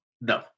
No